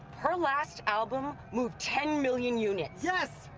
her last album moved ten million units. yes,